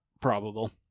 probable